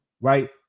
Right